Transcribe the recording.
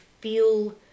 feel